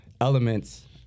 elements